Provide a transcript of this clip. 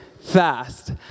fast